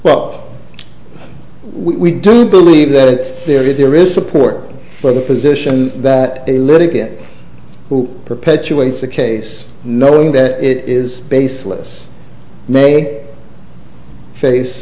well we do believe that there is there is support for the position that a little bit who perpetuates the case knowing that it is baseless may face